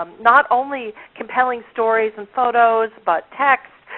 um not only compelling stories and photos, but text.